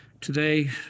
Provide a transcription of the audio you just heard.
Today